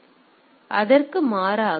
B இணைப்புகள் முடிவுக்கு முடிவு நிகழ்வுகள்